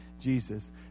Jesus